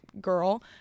girl